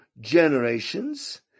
generations